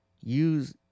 use